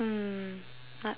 nothing ah